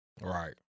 Right